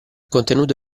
contenuto